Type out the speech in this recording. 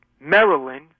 Maryland